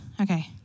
Okay